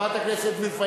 חברת הכנסת וילף,